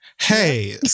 Hey